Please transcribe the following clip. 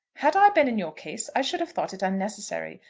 had i been in your case i should have thought it unnecessary.